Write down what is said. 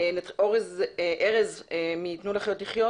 ארז מתנו לחיות לחיות,